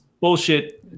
bullshit